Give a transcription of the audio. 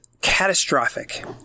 catastrophic